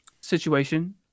situation